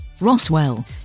Roswell